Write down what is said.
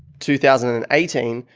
two thousand and eighteen.